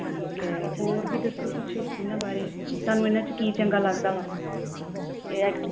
ਠੀਕ ਹੈ ਹੋਰ ਵੀ ਦੱਸੋ ਕੁਛ ਇਹਨਾਂ ਬਾਰੇ ਤੁਹਾਨੂੰ ਇਹਨਾਂ 'ਚ ਕੀ ਚੰਗਾ ਲੱਗਦਾ ਵਾ ਐਕਟ